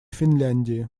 финляндии